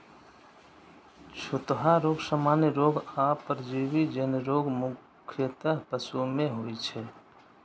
छूतहा रोग, सामान्य रोग आ परजीवी जन्य रोग मुख्यतः पशु मे होइ छै